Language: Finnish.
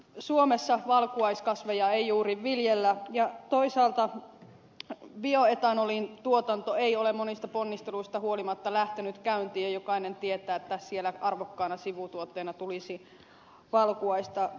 suomessa valkuaiskasveja ei juuri viljellä ja toisaalta bioetanolin tuotanto ei ole monista ponnisteluista huolimatta lähtenyt käyntiin ja jokainen tietää että siellä arvokkaana sivutuotteena tulisi valkuaista